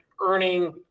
earning